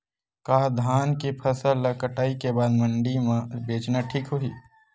का धान के फसल ल कटाई के बाद मंडी म बेचना ठीक होही?